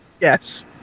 Yes